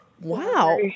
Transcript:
Wow